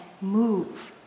move